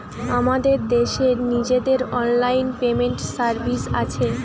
আমাদের দেশের নিজেদের অনলাইন পেমেন্ট সার্ভিস আছে